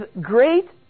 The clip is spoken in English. great